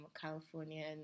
California